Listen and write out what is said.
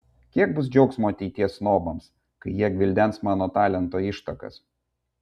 kiek bus džiaugsmo ateities snobams kai jie gvildens mano talento ištakas